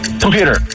computer